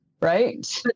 Right